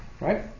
Right